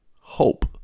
hope